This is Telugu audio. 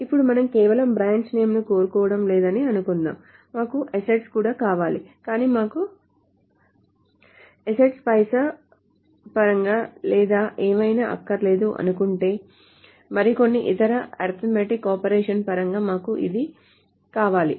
ఇప్పుడు మనము కేవలం బ్రాంచ్ నేమ్ ను కోరుకోవడం లేదని అనుకుందాం మాకు అసెట్స్ కూడా కావాలి కానీ మాకు అసెట్స్ పైసా పరంగా లేదా ఏమైనా అక్కరలేదు అనుకుంటే మరి కొన్ని ఇతర అరిథిమాటిక్ ఆపరేషన్స్ పరంగా మాకు ఇది కావాలి